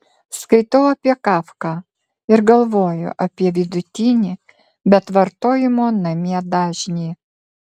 skaitau apie kafką ir galvoju apie vidutinį bet vartojimo namie dažnį